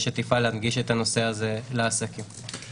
בצורה אקטיבית מי יעלה אליו?